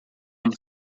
une